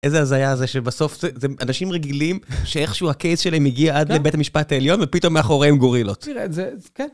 איזה הזיה הזה שבסוף זה, זה אנשים רגילים שאיכשהו הקייס שלהם מגיע עד לבית המשפט העליון ופתאום מאחוריהם גורילות.